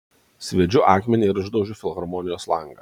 sviedžiu akmenį ir išdaužiu filharmonijos langą